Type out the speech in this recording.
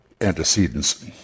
antecedents